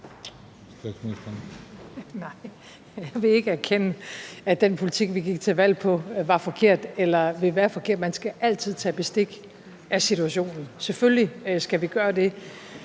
jeg vil ikke erkende, at den politik, vi gik til valg på, var forkert eller vil være forkert. Man skal altid tage bestik af situationen. Selvfølgelig skal vi gøre det.